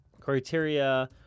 Criteria